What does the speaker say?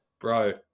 Bro